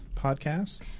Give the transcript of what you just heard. podcast